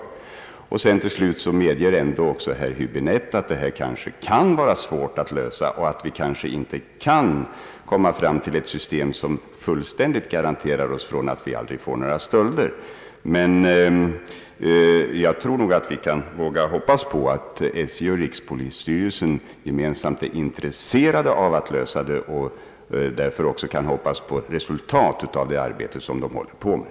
Till slut medger ändå herr Häbinette att detta problem kan vara svårt att lösa och att vi kanske inte kan komma fram till ett system som innebär fullständig garanti mot stölder. Men jag tror att vi kan lita på att SJ och rikspolisstyrelsen gemensamt är intresserade av att lösa problemet och att vi därför också kan hoppas på resultat av det arbete som de håller på med.